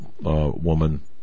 woman